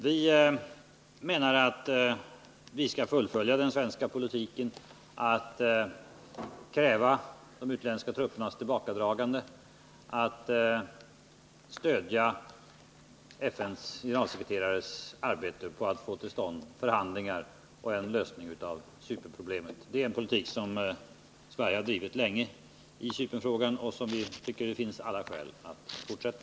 Vi menar att vi skall fullfölja den svenska politiken att kräva de utländska truppernas tillbakadragande och att stödja FN:s generalsekreterares arbete på att få till stånd förhandlingar och en lösning av Cypernproblemet. Det är en politik som Sverige har drivit länge i Cypernfrågan och som vi tycker det finns alla skäl att fortsätta.